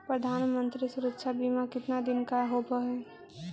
प्रधानमंत्री मंत्री सुरक्षा बिमा कितना दिन का होबय है?